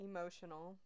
Emotional